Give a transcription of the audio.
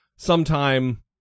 Sometime